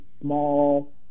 small